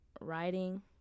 writing